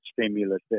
stimulus